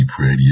radio